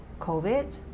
COVID